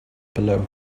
below